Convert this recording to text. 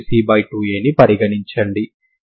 దాని నుండి మరియు లు కొట్టి వేయబడతాయి